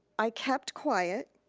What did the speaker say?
i kept quiet,